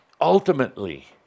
ultimately